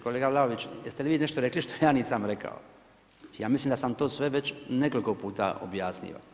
Kolega Vlaović jeste vi nešto reli što ja nisam rekao, ja mislim da sam to sve već nekoliko puta objasnio.